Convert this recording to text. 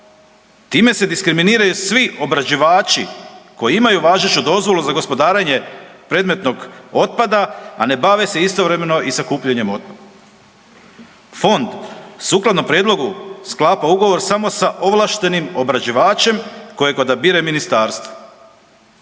Time se diskriminiraju svi obrađivači koji imaju važeću dozvolu za gospodarenje predmetnog otpada, a ne bave se istovremeno i sakupljanjem otpada. Fond sukladno prijedlogu sklapa ugovor samo sa ovlaštenim obrađivačem kojeg odbire ministarstvo,